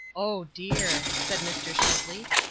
oh, dear! said mr. shipley,